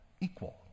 equal